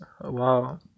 wow